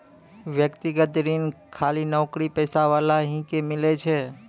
व्यक्तिगत ऋण खाली नौकरीपेशा वाला ही के मिलै छै?